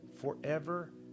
forever